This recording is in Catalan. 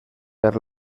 per